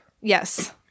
yes